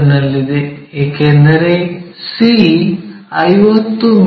ನಲ್ಲಿದೆ ಏಕೆಂದರೆ c 50 ಮಿ